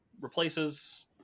replaces